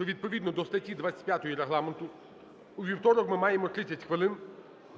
відповідно до статті 25 Регламенту у вівторок ми маємо 30 хвилин